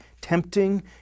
tempting